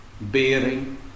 bearing